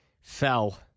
fell